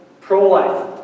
pro-life